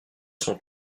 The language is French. sont